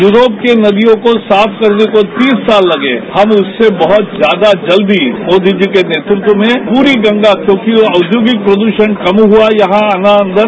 Europe की नदियों को साफ करने को तीस साल लगे हम उससे बहुत ज्यादा जल्दी मोदी जी के नेतृत्व में पूरी गंगा क्योंकि औद्योगिक प्रद्षण कम हुआ यहां आना अन्दर